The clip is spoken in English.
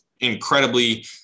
incredibly